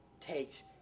takes